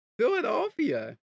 Philadelphia